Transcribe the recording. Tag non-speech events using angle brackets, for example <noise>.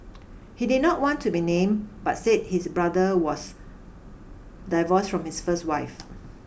he did not want to be named but said his brother was divorced from his first wife <noise>